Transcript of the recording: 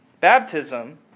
Baptism